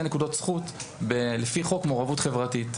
נקודות זכות לפי חוק מעורבות חברתית.